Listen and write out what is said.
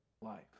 life